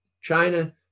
China